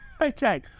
Okay